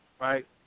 right